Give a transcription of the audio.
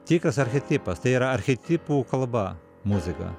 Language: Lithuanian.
tikras archetipas tai yra archetipų kalba muzika